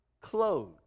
clothes